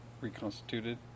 reconstituted